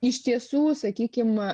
iš tiesų sakykim